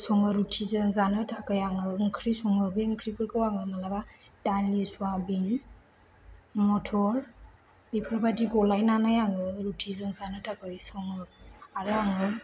सङो रुथिजों जानो थाखाय आङो ओंख्रि सङो बे ओंख्रिफोरखौ आङो मालाबा दालि स्वाबिन मटर बेफोरबादि गलायनानै आङो रुथिजों जानो थाखाय सङो आरो आङो